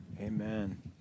Amen